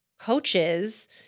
coaches